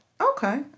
Okay